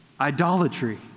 idolatry